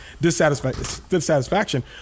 dissatisfaction